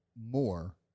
more